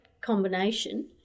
combination